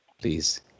please